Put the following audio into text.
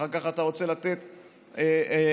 אחר כך אתה רוצה לתת אבטלה,